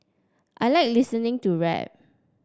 I like listening to rap